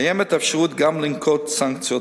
קיימת אפשרות גם לנקוט סנקציות,